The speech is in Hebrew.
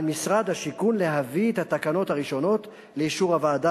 על משרד השיכון להביא את התקנות הראשונות לאישור הוועדה